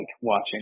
watching